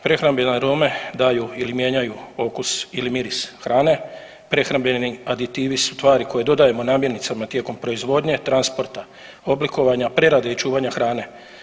Prehrambene arome daju ili mijenjaju okus ili miris hrane, prehrambeni aditivi su tvari koje dodajemo namirnicama tijekom proizvodnje, transporta, oblikovanja, prerade i čuvanja hrane.